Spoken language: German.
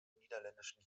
niederländischen